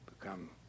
become